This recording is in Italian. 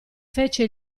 fece